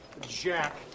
Jack